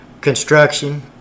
construction